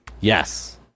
Yes